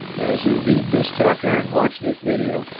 as you read this chapter and watch this video,